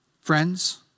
friends